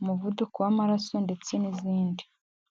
umuvuduko w'amaraso ndetse n'izindi.